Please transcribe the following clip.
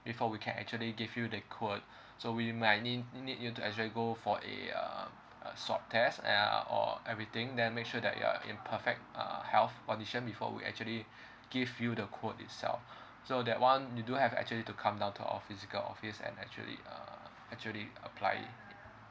before we can actually give you the quote so we might need need you to actually go for a uh a swab test uh or everything then make sure that you're in perfect uh health condition before we actually give you the quote itself so that one you do have actually to come down to our physical office and actually uh actually apply it